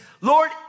Lord